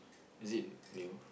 is it new